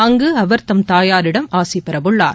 அங்கு அவர் தம் தாயாரிடம் ஆசி பெறவுள்ளார்